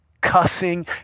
cussing